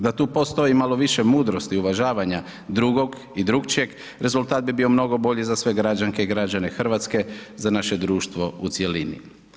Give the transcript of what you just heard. Da tu postoji malo više mudrosti i uvažavanja drugog i drukčijeg rezultat bi bio mnogo bolji za sve građanke i građane Hrvatske, za naše društvo u cjelini.